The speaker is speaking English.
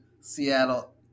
Seattle